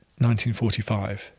1945